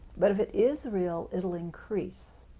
but if it is real, it will increase.